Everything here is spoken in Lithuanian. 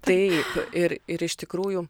taip ir ir iš tikrųjų